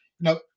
no